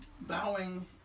bowing